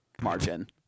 margin